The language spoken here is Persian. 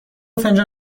فنجان